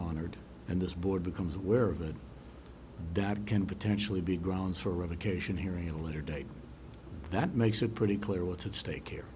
honored and this board becomes aware of that that can potentially be grounds for revocation hearing a later date that makes it pretty clear what's at stake here